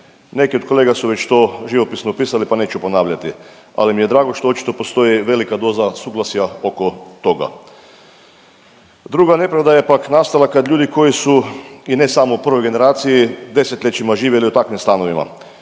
Neki od kolega su već to živopisno opisali, pa neću ponavljati, ali mi je drago što očito postoji velika doza suglasja oko toga. Druga nepravda je pak nastala kad ljudi koji su i ne samo u prvoj generaciji, 10-ljećima živjeli u takvim stanovima,